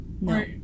No